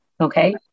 Okay